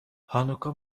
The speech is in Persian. هانوکا